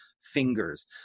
fingers